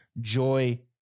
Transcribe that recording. Joy